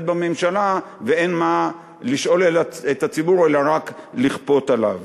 בממשלה ואין מה לשאול את הציבור אלא רק לכפות עליו.